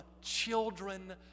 children